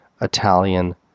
Italian